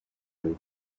very